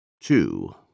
Two